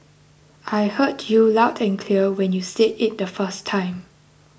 I heard you loud and clear when you said it the first time